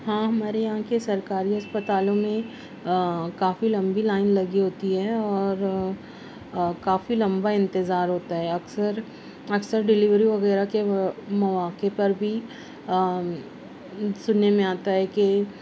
ہاں ہمارے یہاں کے سرکاری اسپتالوں میں کافی لمبی لائن لگی ہوتی ہے اور کافی لمبا انتظار ہوتا ہے اکثر اکثر ڈیلیوری وغیرہ کے مواقع پر بھی سننے میں آتا ہے کہ